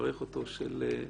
ואת